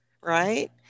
Right